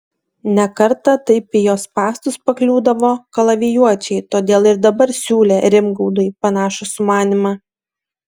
ne kartą taip į jo spąstus pakliūdavo kalavijuočiai todėl ir dabar siūlė rimgaudui panašų sumanymą